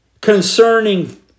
concerning